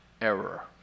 error